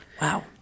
Wow